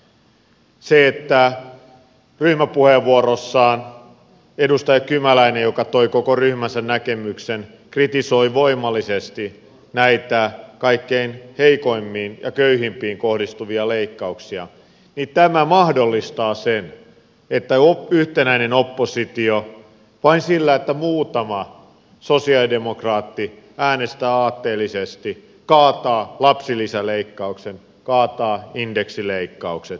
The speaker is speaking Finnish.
se että ryhmäpuheenvuorossaan edustaja kymäläinen joka toi koko ryhmänsä näkemyksen kritisoi voimallisesti näitä kaikkein heikoimpiin ja köyhimpiin kohdistuvia leikkauksia mahdollistaa sen että yhtenäinen oppositio vain sillä että muutama sosialidemokraatti äänestää aatteellisesti kaataa lapsilisäleikkauksen kaataa indeksileikkaukset